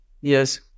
Yes